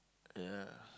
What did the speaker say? ya